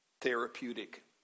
therapeutic